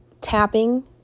tapping